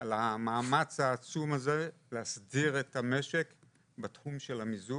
על המאמץ העצום הזה להסדיר את המשק בתחום של המיזוג,